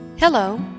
Hello